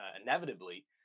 inevitably